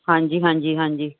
ਹਾਂਜੀ ਹਾਂਜੀ ਹਾਂਜੀ